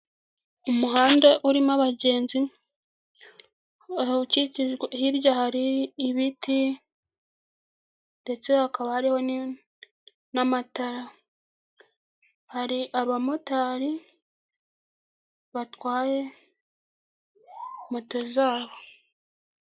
Umuhanda urimo abagenzi bawukikije hirya hari ibiti ndetse hakaba hariho n'amatara, hari abamotari batwaye moto zabo.